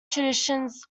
traditions